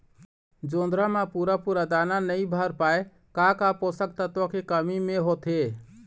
जोंधरा म पूरा पूरा दाना नई भर पाए का का पोषक तत्व के कमी मे होथे?